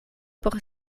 por